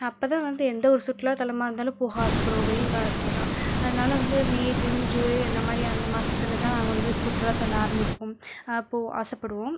அப்ப தான் வந்து எந்த ஒரு சுற்றுலா தலமாக இருந்தாலும் போக ஆசைப்படுவோம் வெயில் காலத்தில் தான் அதனால் வந்து மே ஜூன் ஜூலை அந்த மாதிரி அந்த மாசத்தில் தான் நாங்கள் வந்து சுற்றுலா செல்ல ஆரம்மிப்போம் அப்போது ஆசைப்படுவோம்